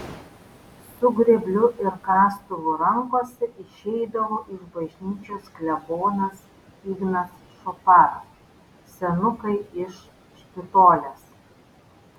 su grėbliu ir kastuvu rankose išeidavo iš bažnyčios klebonas ignas šopara senukai iš špitolės